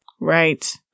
Right